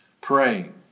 praying